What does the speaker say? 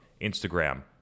Instagram